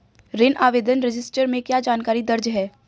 ऋण आवेदन रजिस्टर में क्या जानकारी दर्ज है?